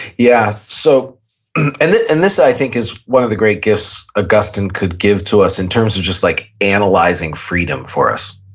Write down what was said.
yeah. so and and this i think is one of the great gifts augustine could give to us in terms of just like analyzing freedom for us.